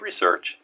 Research